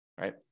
right